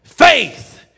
Faith